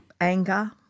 Anger